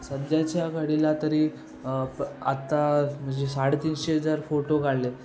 सध्याच्या घडीला तरी प अ आत्ता म्हणजे साडेतीनशे जर फोटो काढले